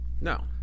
No